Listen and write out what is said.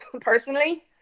personally